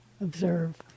observe